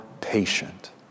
patient